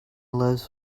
lives